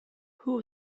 who